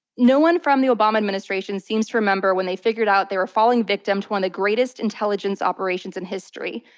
no one from the obama administration seems to remember when they figured out they were falling victim to one of the greatest intelligence operations in history.